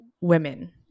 women